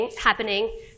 happening